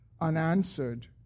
unanswered